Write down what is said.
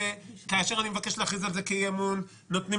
כאשר אני מבקש להכריז על זה כאי-אמון נותנים